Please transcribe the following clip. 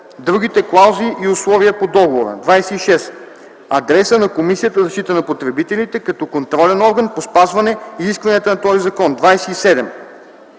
другите клаузи и условия по договора; 26. адреса на Комисията за защита на потребителите като контролен орган по спазване изискванията на този закон; 27.